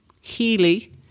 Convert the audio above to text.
Healy